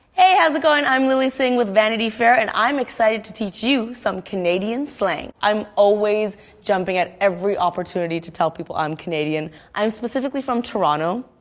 hey, how's it goin'? i'm lilly singh with vanity fair, and i'm excited to teach you some canadian slang. i'm always jumping at every opportunity to tell people i'm canadian. i'm specifically from toronto,